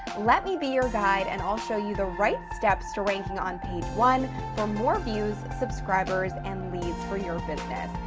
let me be your guide and i'll show you the right steps to ranking on page one for more views, subscribers, and leads for your business.